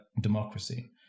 democracy